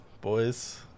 boys